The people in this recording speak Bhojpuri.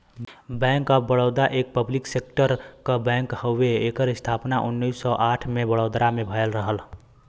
बैंक ऑफ़ बड़ौदा एक पब्लिक सेक्टर क बैंक हउवे एकर स्थापना उन्नीस सौ आठ में बड़ोदरा में भयल रहल